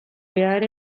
behar